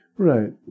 Right